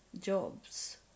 jobs